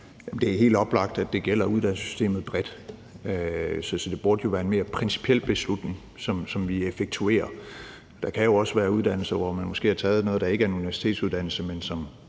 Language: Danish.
Det er helt oplagt, at det gælder uddannelsessystemet bredt, så det burde jo være en mere principiel beslutning, som vi effektuerer. Der kan jo også være uddannelser, hvor man måske har taget noget, der ikke er en universitetsuddannelse, men som